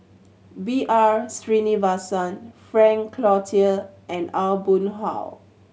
B R Sreenivasan Frank Cloutier and Aw Boon Haw